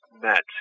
met